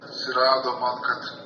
atsirado man kad